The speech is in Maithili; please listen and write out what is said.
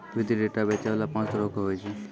वित्तीय डेटा बेचै बाला पांच तरहो के होय छै